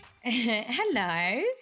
Hello